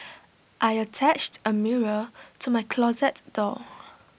I attached A mirror to my closet door